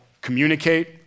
communicate